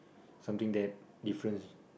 something that difference